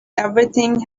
everything